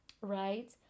right